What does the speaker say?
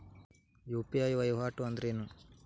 UPI ವಹಿವಾಟ್ ಅಂದ್ರೇನು?